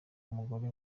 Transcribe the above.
umugore